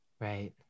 right